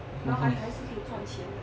老还还是可以赚钱